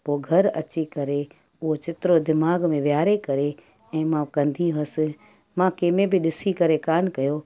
पोइ घर अची करे उहो चित्र दिमाग़ में विहारे करे ऐं मां कंदी हुअसि मां कंहिंमें बि ॾिसी करे कोन कयो